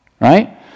right